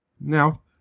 Now